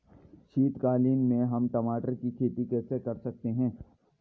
शीतकालीन में हम टमाटर की खेती कैसे कर सकते हैं?